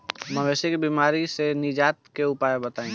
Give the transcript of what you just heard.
मवेशी के बिमारी से निजात के उपाय बताई?